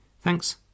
Thanks